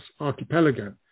archipelago